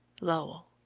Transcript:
lowell.